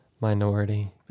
minority